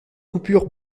coupure